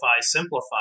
simplify